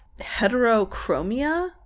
heterochromia